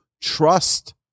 trust